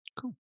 Cool